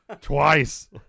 Twice